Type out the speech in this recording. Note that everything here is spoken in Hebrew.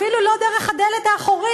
אפילו לא דרך הדלת האחורית,